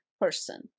person